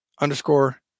underscore